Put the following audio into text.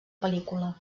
pel·lícula